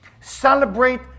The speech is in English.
Celebrate